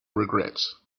regrets